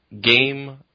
game